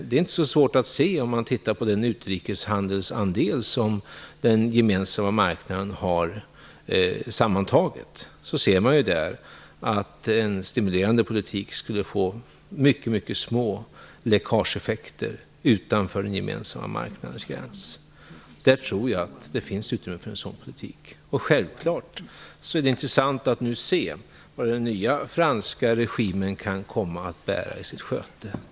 Det är inte så svårt att se om man tittar på den utrikeshandelsandel som den gemensamma marknaden har sammantaget. Då ser man att en stimulerande politik skulle få mycket små läckageeffekter utanför den gemensamma marknadens gräns. Där tror jag att det finns utrymme för en sådan politik. Självklart är det intressant att se vad den ny franska regimen kan komma att bära i sitt sköte.